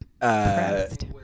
Pressed